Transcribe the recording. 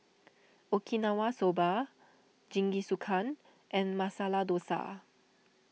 Okinawa Soba Jingisukan and Masala Dosa